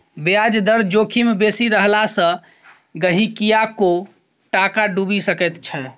ब्याज दर जोखिम बेसी रहला सँ गहिंकीयोक टाका डुबि सकैत छै